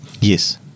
Yes